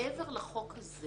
שמעבר לחוק הזה